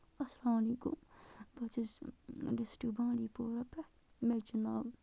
اَسَلامُ علیکُم بہٕ حظ چھَس ڈِسٹِرٛک بانٛڈی پورہ پٮ۪ٹھ مےٚ چھُ ناو